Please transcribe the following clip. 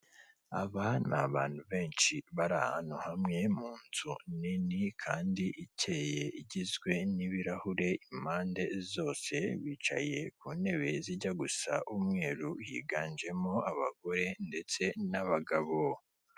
Aba ni abantu benshi bari ahantu hamwe mu nzu nini kandi ikeye igizwe n'ibirahure impande zose, bicaye ku ntebe zijya gusa umweru higanjemo abagore ndetse n'abagabo.